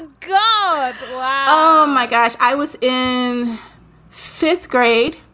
ah ah oh, my gosh i was in fifth grade,